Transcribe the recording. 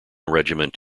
regiment